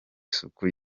isuku